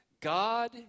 God